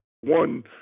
One